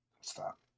Stop